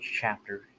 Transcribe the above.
chapter